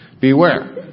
Beware